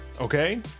okay